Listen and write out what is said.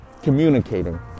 Communicating